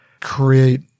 create